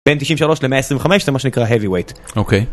בין 93 ל-125 זה מה שנקרא heavyweight. אוקיי.